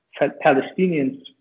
palestinians